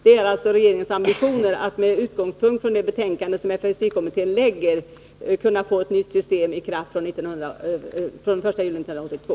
Det är alltså regeringens ambition att med utgångspunkt från det betänkande som SFI-kommittén lägger fram få en ny lag fr.o.m. den 1 juli 1982.